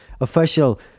official